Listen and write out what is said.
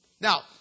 Now